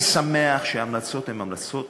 אני שמח שההמלצות הן המלצות